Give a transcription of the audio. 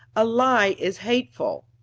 a lie is hateful.